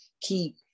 keep